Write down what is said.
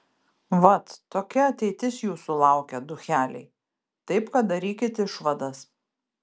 vat tokia ateitis jūsų laukia ducheliai taip kad darykit išvadas